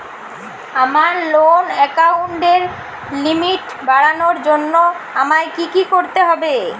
আমার লোন অ্যাকাউন্টের লিমিট বাড়ানোর জন্য আমায় কী কী করতে হবে?